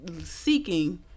seeking